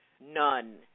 None